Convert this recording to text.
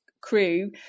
crew